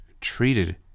treated